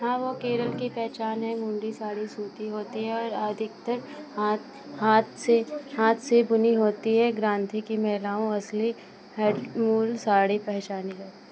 हाँ वह केरल की पहचान है मुंडी साड़ी सूती होती हैं और अधिकतर हाथ हाथ हाथ से बुनी होती हैं गाँधी की महिलाओं असली हैन्डलूम साड़ी पहचानी जाती